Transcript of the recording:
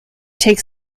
take